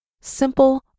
simple